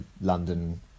London